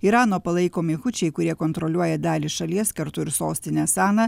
irano palaikomi hučiai kurie kontroliuoja dalį šalies kartu ir sostinę saną